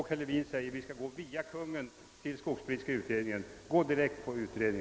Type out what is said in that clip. Herr Levin anser att vi skall gå till skogspolitiska utredningen via Kungl. Maj:t.